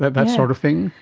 but that sort of thing?